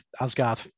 Asgard